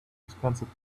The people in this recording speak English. expensive